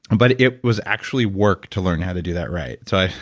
but it was actually work to learn how to do that right. so,